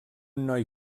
noi